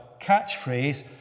catchphrase